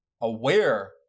aware